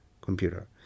computer